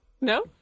No